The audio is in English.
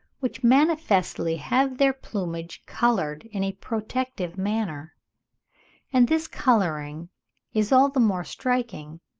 which manifestly have their plumage coloured in a protective manner and this colouring is all the more striking,